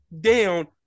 down